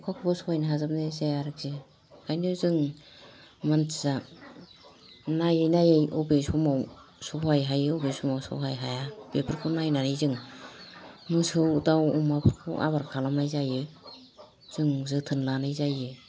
अखाखौबो सहायनो हाजोबनाय जाया आरखि ओंखायनो जों मानसिया नायै नायै अबे समाव सहाय हायो अबे समाव सहाय हाया बेफोरखौ नायनानै जों मोसौ दाव अमाफोरखौ आबार खालामनाय जायो जों जोथोन लानाय जायो